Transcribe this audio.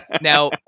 Now